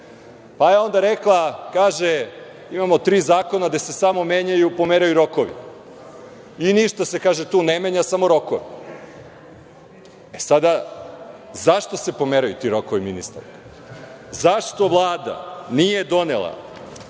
Pa je onda rekla – imamo tri zakona gde se samo pomeraju rokovi i ništa se ne menja, samo rokovi. Sada, zašto se pomeraju ti rokovi ministarko. Zašto Vlada nije donela